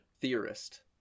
Theorist